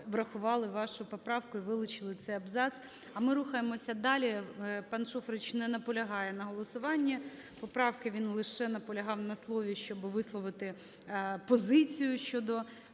врахували вашу поправку і вилучили цей абзац. А ми рухаємося далі. Пан Шуфрич не наполягає на голосуванні поправки, він лише наполягав на слові, щоб висловити позицію щодо,